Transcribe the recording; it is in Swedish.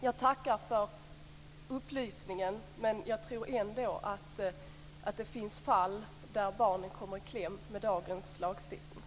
Jag tackar för upplysningen men jag tror ändå att det finns fall där barnen kommer i kläm med dagens lagstiftning.